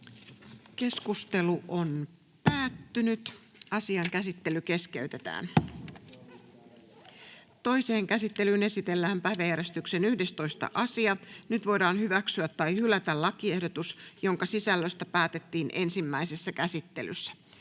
annetun lain muuttamisesta Time: N/A Content: Toiseen käsittelyyn esitellään päiväjärjestyksen 11. asia. Nyt voidaan hyväksyä tai hylätä lakiehdotus, jonka sisällöstä päätettiin ensimmäisessä käsittelyssä.